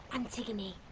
antigone,